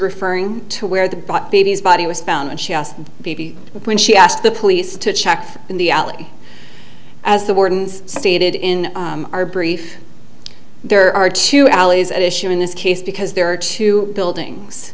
referring to where the bought baby's body was found and she asked b b when she asked the police to check in the alley as the wardens stated in our brief there are two alleys at issue in this case because there are two buildings